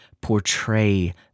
portray